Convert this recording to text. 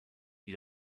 die